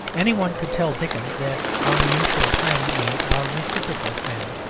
any one could tell dickens that our mutual friend means our reciprocal friend,